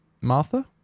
Martha